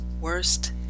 worst